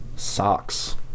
socks